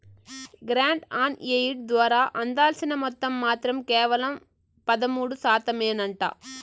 grant on aid ద్వారా అందాల్సిన మొత్తం మాత్రం కేవలం పదమూడు శాతమేనంట